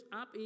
up